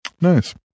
Nice